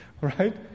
Right